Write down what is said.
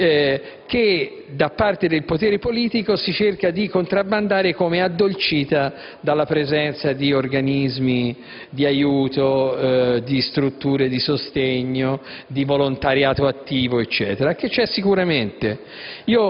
che da parte del potere politico si cerca di contrabbandare come addolcita dalla presenza di organismi di aiuto, di strutture di sostegno, di volontariato attivo e così via, che ci sono sicuramente.